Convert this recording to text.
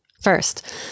First